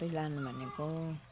आफै लानु भनेको